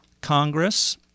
Congress